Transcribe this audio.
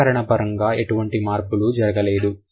వ్యాకరణ పరంగా ఎటువంటి మార్పులు జరగలేదు